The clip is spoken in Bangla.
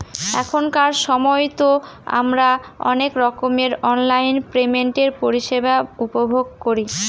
এখনকার সময়তো আমারা অনেক রকমের অনলাইন পেমেন্টের পরিষেবা উপভোগ করি